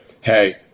hey